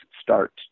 start